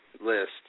list